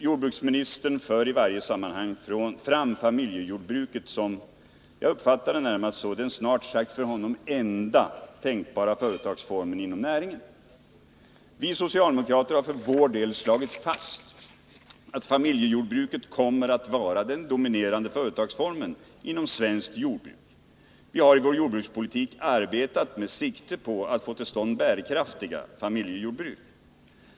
Jordbruksministern för i varje sammanhang fram familjejordbruket som — så har jag uppfattat det — den för honom snart sagt enda tänkbara företagsformen inom näringen. Vi socialdemokrater har för vår del slagit fast att familjejordbruket kommer att vara den dominerande företagsformen inom svenskt jordbruk. Vi har i vår jordbrukspolitik arbetat med sikte på att få till stånd bärkraftiga familjejordbruk.